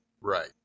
Right